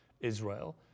Israel